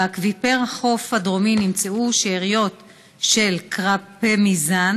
באקוויפר החוף הדרומי נמצאו שאריות של קרבמזפין